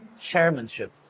chairmanship